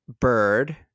Bird